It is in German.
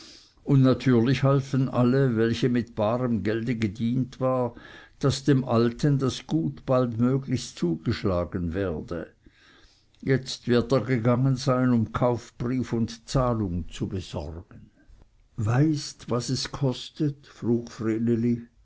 und natürlich halfen alle welchen mit barem gelde gedient war daß dem alten das gut baldmöglichst zugeschlagen werde jetzt wird er gegangen sein um kaufbrief und zahlung zu besorgen weißt was es kostet